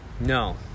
no